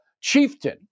Chieftain